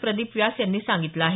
प्रदीप व्यास यांनी सांगितलं आहे